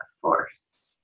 force